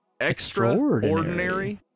Extraordinary